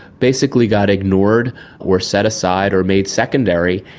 basically got ignored or set aside or made secondary,